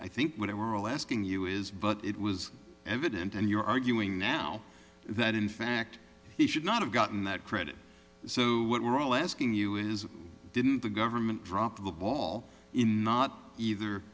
i think what i were all asking you is but it was evident and you're arguing now that in fact he should not have gotten that credit so what we're all asking you is didn't the government drop the ball in not either